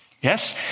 Yes